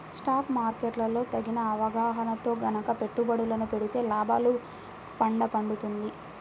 stock market లో తగిన అవగాహనతో గనక పెట్టుబడులను పెడితే లాభాల పండ పండుతుంది